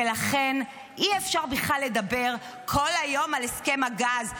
ולכן אי-אפשר בכלל לדבר כל היום על הסכם הגז.